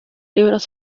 libros